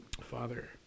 father